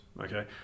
okay